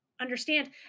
understand